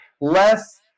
less